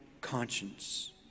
conscience